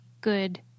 good